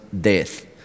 death